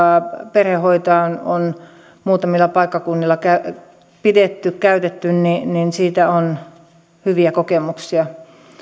perhehoitoa on muutamilla paikkakunnilla käytetty siitä on hyviä kokemuksia